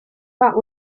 that